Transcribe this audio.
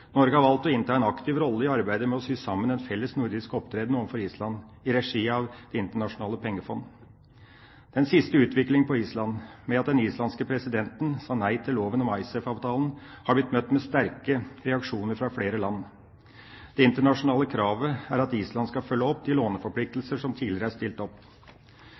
Norge har valgt å innta en aktiv rolle i arbeidet med å sy sammen en felles nordisk opptreden overfor Island, i regi av Det internasjonale pengefondet. Den siste utviklinga på Island, med at den islandske presidenten sa nei til loven om Icesave-avtalen, har blitt møtt med sterke reaksjoner fra flere land. Det internasjonale kravet er at Island skal følge opp de låneforpliktelser som tidligere er stilt opp.